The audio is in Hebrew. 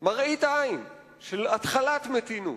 מראית עין של התחלת מתינות,